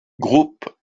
group